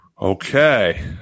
Okay